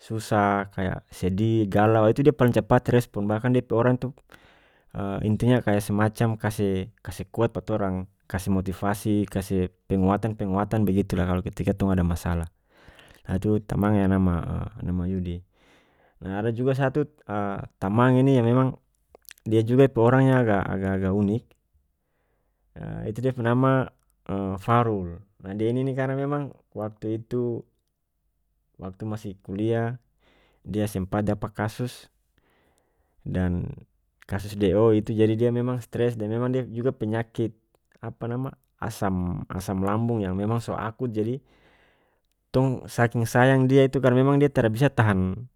susah kaya sedih galau itu dia paling capat respon bahkan dia pe orang tu intinya kaya semacam kase- kase kuat pa torang kase motivasi kase penguatan-penguatan begitulah kalu ketika tong ada masalah ah itu tamang yang nama nama yudi nah ada juga satut tamang ini yang memang dia juga pe orangnya agak- agak-agak unik itu dia pe nama farul nah dia ini karna memang waktu itu waktu masih kuliah dia sempat dapa kasus dan kasus do itu jadi dia memang stres deng memang dia juga penyakit apa nama asam- asam lambung yang memang so akut jadi tong saking sayang dia itu karna memang dia tara bisa tahang.